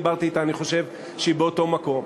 שלא דיברתי אתה אבל אני חושב שהיא באותו מקום,